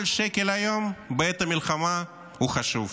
כל שקל היום, בעת המלחמה, הוא חשוב.